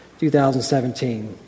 2017